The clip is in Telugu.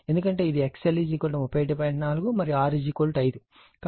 4 మరియు R 5 కాబట్టి ఈ విలువ 6